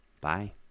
Bye